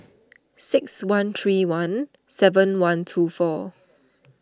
six one three one seven one two four